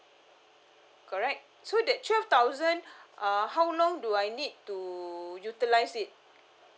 correct so that twelve thousand uh how long do I need to utilize it